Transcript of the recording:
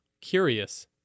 curious